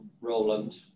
Roland